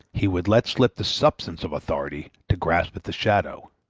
he would let slip the substance of authority to grasp at the shadow.